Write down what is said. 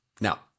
Now